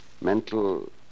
Mental